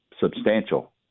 substantial